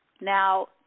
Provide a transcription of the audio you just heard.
Now